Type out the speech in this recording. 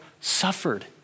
suffered